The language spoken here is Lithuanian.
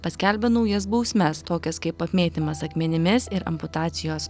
paskelbia naujas bausmes tokias kaip apmėtymas akmenimis ir amputacijos